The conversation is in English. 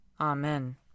Amen